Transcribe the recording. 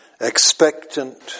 expectant